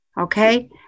Okay